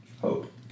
Hope